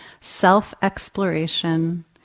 self-exploration